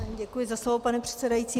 Děkuji za slovo, pane předsedající.